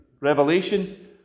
Revelation